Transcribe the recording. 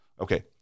Okay